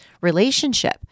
relationship